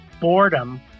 boredom